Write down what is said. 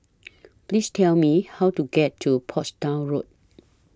Please Tell Me How to get to Portsdown Road